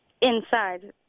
Inside